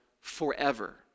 forever